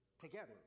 together